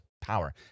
power